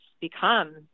become